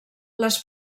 les